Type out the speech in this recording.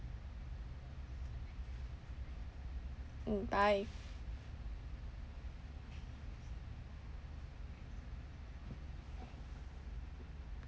mm bye